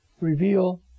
reveal